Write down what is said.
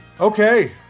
Okay